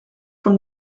from